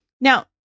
Now